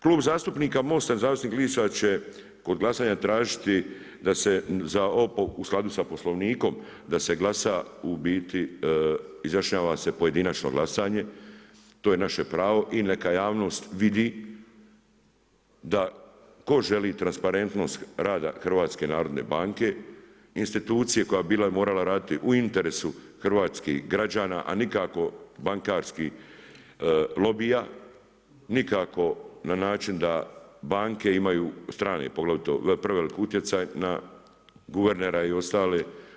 Klub zastupnika Most-a nezavisnih lista će kod glasanja tražiti u skladu sa Poslovnikom, da se glasa izjašnjava se pojedinačno glasanje, to je naše pravo i neka javnost vidi da tko želi transparentnost rada HNB-a institucije koja je bila i morala raditi u interesu hrvatskih građana, a nikako bankarskih lobija, nikako, na način da banke imaju, strane, poglavito, preveliki utjecaj na guvernera i ostale.